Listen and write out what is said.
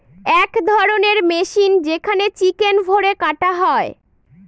এক ধরণের মেশিন যেখানে চিকেন ভোরে কাটা হয়